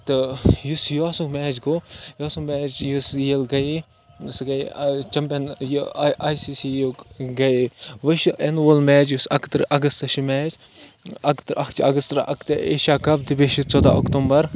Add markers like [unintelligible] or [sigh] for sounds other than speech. تہٕ یُس یہوٚسُک میچ گوٚو یِہوٚسُک میچ یُس [unintelligible] گٔیے سُہ گٔے [unintelligible] چَمپِیَن یہِ آی آی سی سی یُک گٔیے وۄنۍ چھِ یِنہٕ وول میچ یُس اَکہٕ تٕرٛہ اَگَستہٕ چھِ میچ اَکھٕ تٕرٛہ اَکھ چھِ اَگَستٕرٛہ اَکہٕ تٕرٛہ ایشیا کَپ تہٕ بیٚیہِ چھِ ژۄداہ اکتوٗبَر